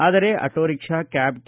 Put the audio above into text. ಆದರೆ auto rickshaw cab K